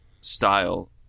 style